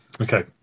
Okay